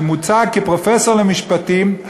שמוצג כפרופסור למשפטים,